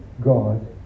God